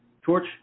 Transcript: Torch